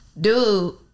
Dude